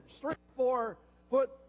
three-four-foot